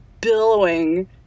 billowing